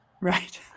right